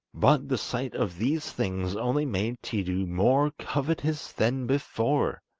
but the sight of these things only made tiidu more covetous than before.